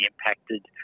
impacted